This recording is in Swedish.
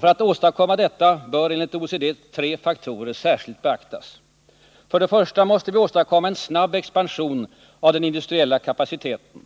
För att åstadkomma detta bör enligt OECD tre faktorer särskilt beaktas: För det första måste vi åstadkomma en snabb expansion av den industriella kapaciteten.